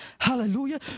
Hallelujah